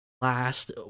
last